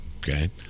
Okay